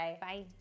Bye